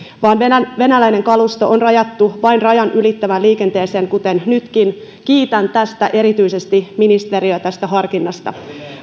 vaan venäläinen kalusto on rajattu vain rajan ylittävään liikenteeseen kuten nytkin kiitän ministeriä erityisesti tästä harkinnasta